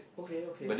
okay okay